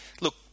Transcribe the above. Look